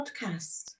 podcast